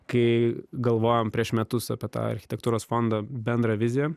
kai galvojom prieš metus apie tą architektūros fondo bendrą viziją